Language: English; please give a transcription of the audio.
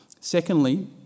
Secondly